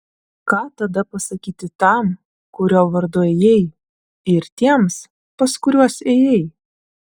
ką tada pasakyti tam kurio vardu ėjai ir tiems pas kuriuos ėjai